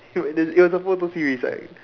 there it was a photo series